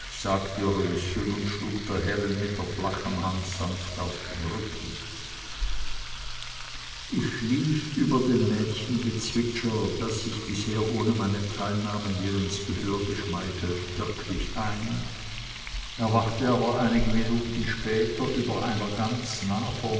sagte röschen und schlug der herrin mit der flachen hand sanft auf den rücken ich schlief über dem mädchengezwitscher das sich bis hieher ohne meine teilnahme mir ins gehör geschmeichelt wirklich ein erwachte aber einige minuten später über einer ganz nah